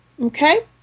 Okay